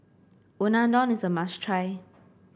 unadon is a must try